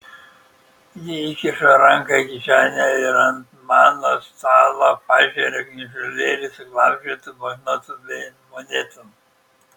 ji įkiša ranką į kišenę ir ant mano stalo pažeria gniužulėlį suglamžytų banknotų bei monetų